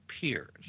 peers